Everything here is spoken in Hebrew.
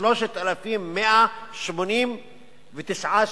3,189 שגיאות,